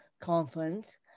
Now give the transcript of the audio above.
conference